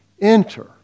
Enter